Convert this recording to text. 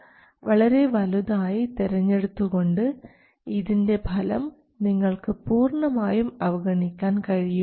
ആദ്യമായി R1 R2 എന്നിവ Rs നേക്കാൾ വളരെ വലുതായി തെരഞ്ഞെടുത്തു കൊണ്ട് ഇതിൻറെ ഫലം നിങ്ങൾക്ക് പൂർണ്ണമായും അവഗണിക്കാൻ കഴിയും